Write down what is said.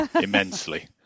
immensely